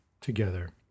together